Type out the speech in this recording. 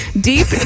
deep